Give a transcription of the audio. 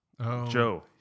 Joe